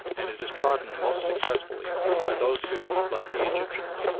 and it is trodden most successfully by those who, like the egyptians,